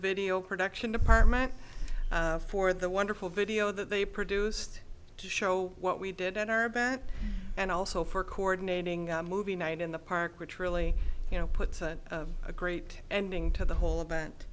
video production department for the wonderful video that they produced to show what we did in our back and also for coordinating movie night in the park which really you know put a great ending to the whole event